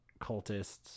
cultists